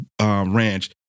ranch